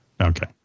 Okay